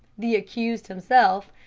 the accused himself,